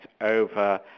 over